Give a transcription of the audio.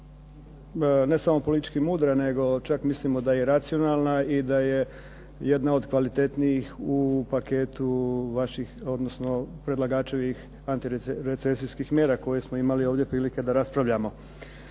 ne samo politički mudra nego čak mislimo da je i racionalna i da je jedna od kvalitetnijih u paketu vaših odnosno predlagačevih antirecesijskih mjera koje smo imali ovdje prilike da raspravljamo.